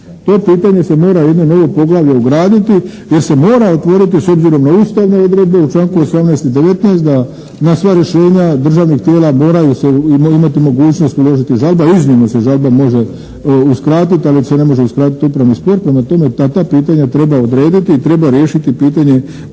To pitanje se mora jedno novo poglavlje ugraditi jer se mora otvoriti s obzirom na ustavne odredbe, u članku 18. i 19. da na sva rješenja državnih tijela moraju se imati mogućnost uložiti žalba. Iznimno se žalba može uskratiti, ali ne može se uskratiti upravni spor. Prema tome, ta pitanja treba odrediti i treba riješiti pitanje